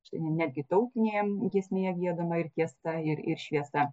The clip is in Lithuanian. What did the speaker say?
netgi tautinė giesmė giedama ir tiesa ir ir šviesa